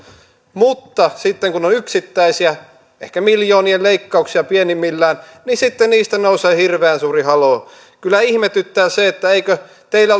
mutta sitten kun on yksittäisiä ehkä miljoonien leikkauksia pienimmillään niin sitten niistä nousee hirveän suuri haloo kyllä ihmetyttää se että eikö teillä